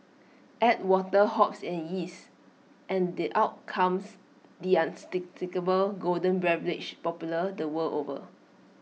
add water hops and yeast and the out comes the unmistakable golden beverage popular the world over